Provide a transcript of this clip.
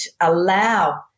allow